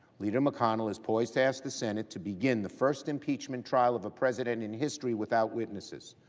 leader mcconnell is poised to ask the senate to begin the first impeachment trial of a president in history without witnesses.